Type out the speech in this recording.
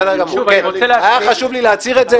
היה חשוב לי להצהיר את זה.